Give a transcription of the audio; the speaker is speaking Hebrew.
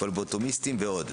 פבלוטומיסטים ועוד.